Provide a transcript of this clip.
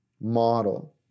model